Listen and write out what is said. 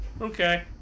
okay